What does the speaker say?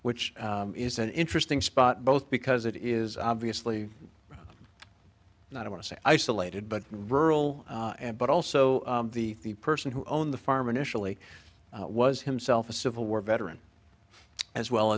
which is an interesting spot both because it is obviously not i want to say isolated but rural and but also the person who owned the farm initially was himself a civil war veteran as well